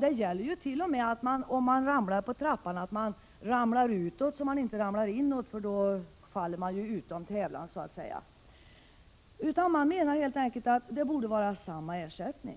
Det gäller t.o.m., om man ramlar på trappan, att falla utåt och inte inåt, för då faller man utom tävlan, så att säga. Man menar helt enkelt att det borde vara samma ersättning.